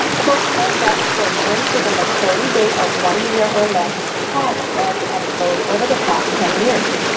short-term debt for loans with a maturity date of one year or less has ebbed and flowed over the past ten years.